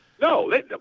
No